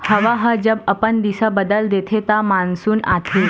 हवा ह जब अपन दिसा बदल देथे त मानसून आथे